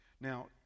Now